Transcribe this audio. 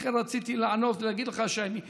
ולכן רציתי לענות ולהגיד לך שגם אני חושב.